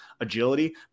agility